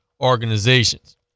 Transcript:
organizations